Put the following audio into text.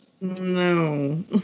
No